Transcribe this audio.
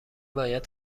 باید